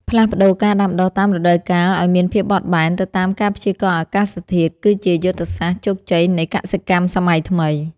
ផ្លាស់ប្តូរការដាំដុះតាមរដូវកាលឱ្យមានភាពបត់បែនទៅតាមការព្យាករណ៍អាកាសធាតុគឺជាយុទ្ធសាស្ត្រជោគជ័យនៃកសិកម្មសម័យថ្មី។